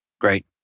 Great